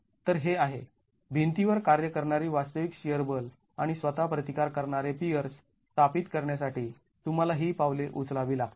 तर हे आहे भिंतीवर कार्य करणारी वास्तविक शिअर बल आणि स्वतः प्रतिकार करणारे पियर्स स्थापित करण्यासाठी तुम्हाला ही पावले उचलावी लागतील